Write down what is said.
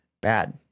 bad